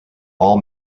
all